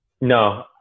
No